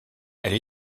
elle